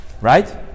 right